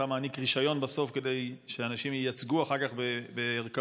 אתה מעניק רישיון בסוף כדי שאנשים ייצגו אחר כך בערכאות,